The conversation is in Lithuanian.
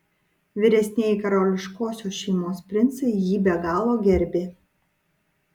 vyresnieji karališkosios šeimos princai jį be galo gerbė